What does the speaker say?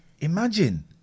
Imagine